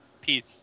Peace